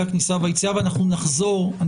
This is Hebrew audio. כניסה ויציאה ונחזור לדיון בנושא התו הירוק.